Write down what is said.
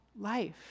life